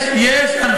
יש, יש הנחיה.